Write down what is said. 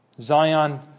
Zion